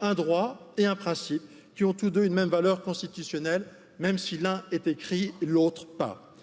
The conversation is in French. un droit et un principe qui ont tous deux une même valeur constitutionnelle même si l'un est écrit et l'autre pas.